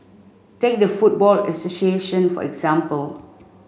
take the football association for example